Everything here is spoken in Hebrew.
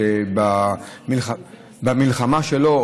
שבמלחמה שלו,